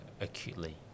acutely